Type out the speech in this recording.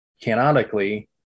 canonically